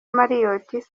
marriot